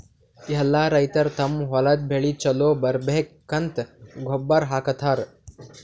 ಎಲ್ಲಾ ರೈತರ್ ತಮ್ಮ್ ಹೊಲದ್ ಬೆಳಿ ಛಲೋ ಬರ್ಬೇಕಂತ್ ಗೊಬ್ಬರ್ ಹಾಕತರ್